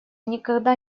никогда